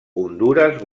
hondures